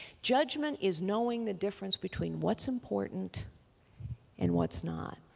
judgment is knowing the difference between what's important and what's not.